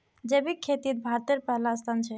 जैविक खेतित भारतेर पहला स्थान छे